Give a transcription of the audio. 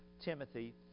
Timothy